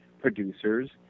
producers